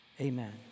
Amen